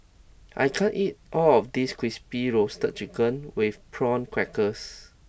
I can't eat all of this crispy roasted chicken with prawn crackers